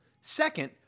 Second